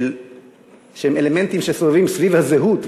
שהם אלמנטים שסובבים סביב הזהות,